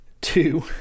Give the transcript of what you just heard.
Two